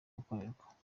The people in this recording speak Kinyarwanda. gukorerwa